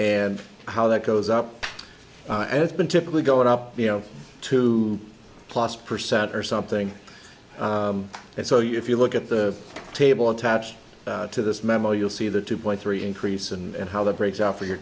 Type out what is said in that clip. and how that goes up and it's been typically going up you know two plus percent or something and so you if you look at the table attached to this memo you'll see the two point three increase and how that breaks out for your